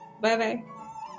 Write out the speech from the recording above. Bye-bye